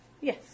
yes